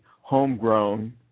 homegrown